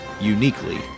uniquely